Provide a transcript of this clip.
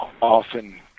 often